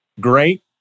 great